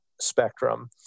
spectrum